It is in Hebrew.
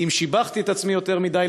אם שיבחתי את עצמי יותר מדי,